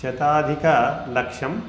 शताधिक लक्षम्